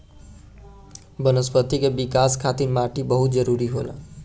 वनस्पति के विकाश खातिर माटी बहुत जरुरी होला